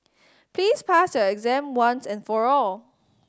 please pass your exam once and for all